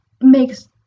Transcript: makes